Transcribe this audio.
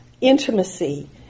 intimacy